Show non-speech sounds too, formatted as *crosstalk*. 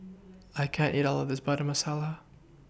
*noise* I can't eat All of This Butter Masala